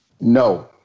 No